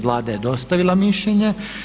Vlada je dostavila mišljenje.